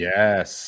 Yes